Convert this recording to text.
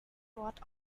dort